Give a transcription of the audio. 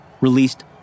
released